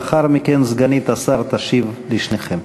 לאחר מכן סגנית השר תשיב לשניכם.